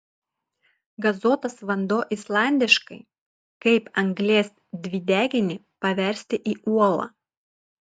gazuotas vanduo islandiškai kaip anglies dvideginį paversti į uolą